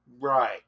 Right